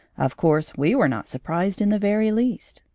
of course, we were not surprised in the very least.